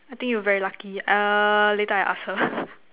I think you very lucky err later I ask her